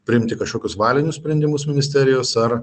priimti kažkokius valinius sprendimus ministerijos ar